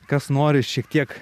kas nori šiek tiek